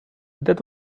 that